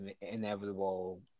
inevitable